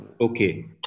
Okay